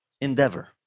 endeavor